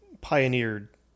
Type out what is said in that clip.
pioneered